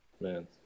Man